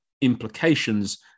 implications